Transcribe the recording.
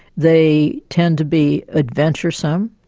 they tend to be adventuresome,